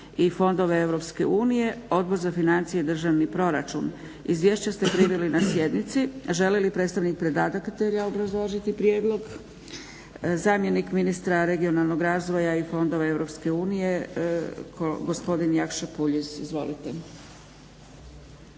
i fondove EU, Odbor za financije i državni proračun. Izvješće ste primili na sjednici. Želi li predstavnik predlagatelja obrazložiti prijedlog? Zamjenik ministra regionalnog razvoja i fondova EU gospodin Jakša Puljiz. Izvolite.